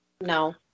No